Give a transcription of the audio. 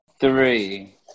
Three